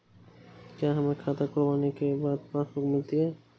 क्या हमें खाता खुलवाने के बाद पासबुक मिलती है?